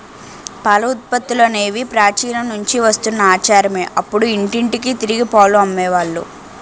పాల ఉత్పత్తులనేవి ప్రాచీన నుంచి వస్తున్న ఆచారమే అప్పుడు ఇంటింటికి తిరిగి పాలు అమ్మే వాళ్ళు